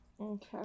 Okay